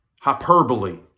hyperbole